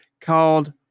called